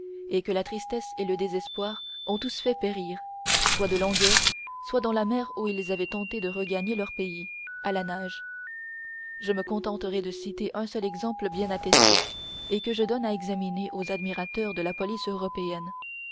et que la tristesse et le désespoir ont tous fait périr soit de langueur soit dans la mer où ils avaient tenté de regagner leur pays à la nage je me contenterai de citer un seul exemple bien attesté et que je donne à examiner aux admirateurs de la police européenne